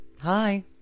Hi